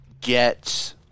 get